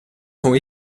sont